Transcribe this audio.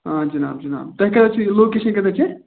آ جِناب جِناب تۄہہِ کَتٮ۪تھ چھُ یہِ لوکیشَن کَتٮ۪تھ چھِ